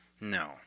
No